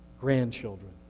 grandchildren